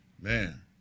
man